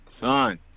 son